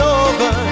over